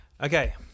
Okay